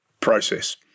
process